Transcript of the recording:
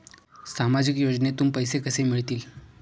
सामाजिक योजनेतून पैसे कसे मिळतील?